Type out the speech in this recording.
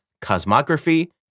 Cosmography